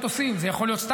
זה יכול להיות מטוסים,